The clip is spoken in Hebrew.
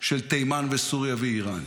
של תימן וסוריה ואיראן.